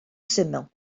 syml